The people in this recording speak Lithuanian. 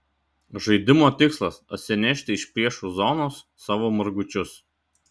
žaidimo tikslas atsinešti iš priešų zonos savo margučius